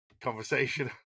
conversation